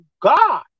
God